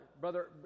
Brother